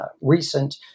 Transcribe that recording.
recent